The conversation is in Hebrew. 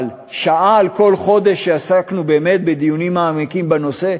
אבל שעה על כל חודש שעסקנו באמת בדיונים מעמיקים בנושא?